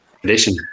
tradition